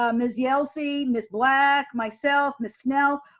ah miss yelsey, miss black, myself, miss snell,